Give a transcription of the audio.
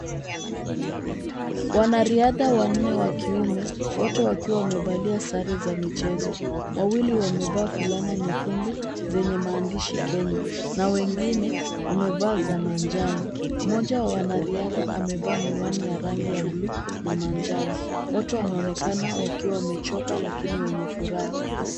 Wanariadha wanne wakiune wote wakiwa wamevalia sare za michezo. Wawili wamevaa fulana nyekundu zenye maandishi Kenya, na wengine wamevaa za manjano. Mmoja wa wanariadha amevaa miwani ya rangi ya buluu na manjano. Wote wanaonekana wakiwa wamechoka lakini wenye furaha.